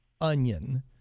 onion